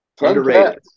Underrated